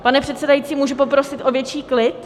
Pane předsedající, můžu poprosit o větší klid?